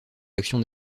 l’action